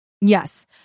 Yes